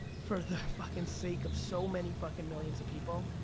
for the fucking sake of so many fucking millions of people,